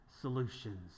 Solutions